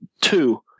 two